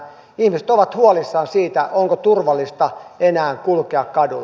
ihmiset ovat huolissaan siitä onko turvallista enää kulkea kadulla